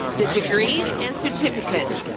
the degrees and certificates.